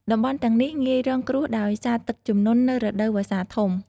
តំបន់ទាំងនេះងាយរងគ្រោះដោយសារទឹកជំនន់នៅរដូវវស្សាធំ ។